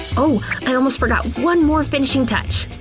oh! i almost forgot one more finishing touch.